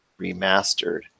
remastered